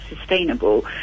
sustainable